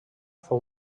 fou